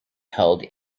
held